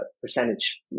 percentage